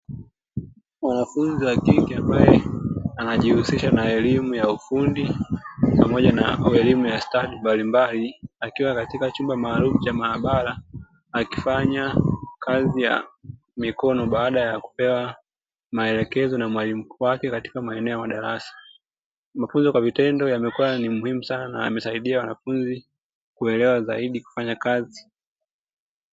Mwanafunzi wa kike ambaye anajihusisha na elimu ya ufundi pamoja na elimu ya stadi mbalimbali, akiwa katika chumba maalumu cha maabara akifanya kazi ya mikono baada yakupewa maelekezo na mwalimu wake katika maeneo ya darasa. Mafunzo kwa vitendo yamekuwa ni muhimu sana na yamesaidia wanafunzi kuelewa zaidi kufanya kazi.